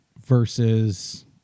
versus